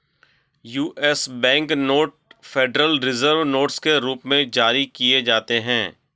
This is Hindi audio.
US bank note Federal Reserve notes के रूप में जारी किए जाते हैं